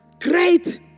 Great